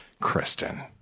Kristen